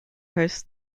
hosts